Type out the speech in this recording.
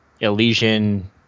Elysian